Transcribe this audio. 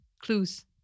Clues